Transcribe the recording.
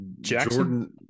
Jackson